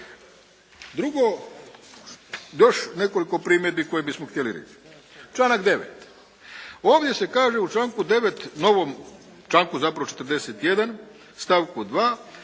Drugo, još nekoliko primjedbi koje bismo htjeli reći. Članak 9. ovdje se kaže u članku 9. novom članku zapravo 41. stavku 2.